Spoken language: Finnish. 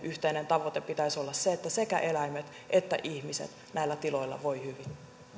yhteisen tavoitteen pitäisi olla se että sekä eläimet että ihmiset näillä tiloilla voivat hyvin